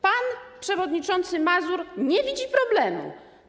Pan przewodniczący Mazur nie widzi problemu.